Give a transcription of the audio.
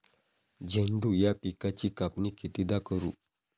झेंडू या पिकाची कापनी कितीदा करू?